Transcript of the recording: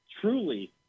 truly